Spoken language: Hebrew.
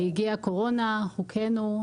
הגיעה הקורונה, הוכינו.